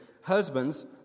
Husbands